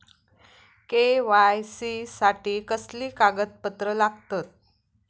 KYC साठी कसली कागदपत्र लागतत?